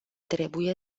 trebuie